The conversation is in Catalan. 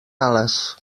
ales